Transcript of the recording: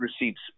receipts